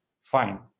fine